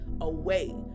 away